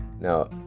Now